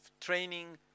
training